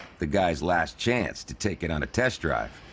the guys' last chance to take it on a test drive.